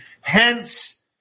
Hence